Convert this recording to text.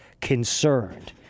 concerned